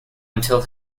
until